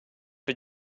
for